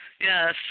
Yes